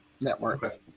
networks